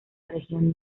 región